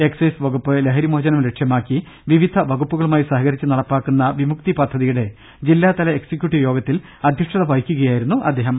excise വകുപ്പ് ലഹരി മോചനം ലക്ഷ്യമാക്കി വിവിധ വകുപ്പുകളുമായി സഹകരിച്ച് നടപ്പിലാക്കുന്ന വിമുക്തി പദ്ധതിയുടെ ജ ല ാ ത എക്സിക്യുട്ടിവ് യോഗത്തിൽ അധ്യക്ഷതവഹിക്കു കയായിരുന്നു അദ്ദേഹം